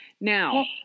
Now